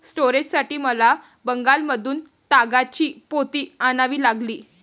स्टोरेजसाठी मला बंगालमधून तागाची पोती आणावी लागली